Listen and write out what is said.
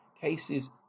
cases